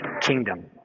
kingdom